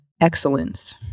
excellence